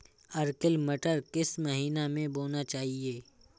Arkel मटर किस महीना में बोना चाहिए?